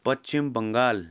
Paschim Bengal